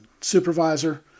supervisor